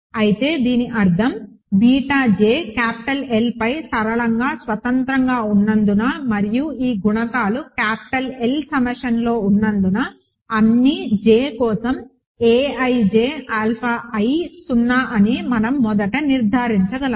అయితే దీని అర్థం బీటా j క్యాపిటల్ Lపై సరళంగా స్వతంత్రంగా ఉన్నందున మరియు ఈ గుణకాలు క్యాపిటల్ L సమ్మేషన్లో ఉన్నందున అన్ని j కోసం ij ఆల్ఫా i 0 అని మనం మొదట నిర్ధారించగలము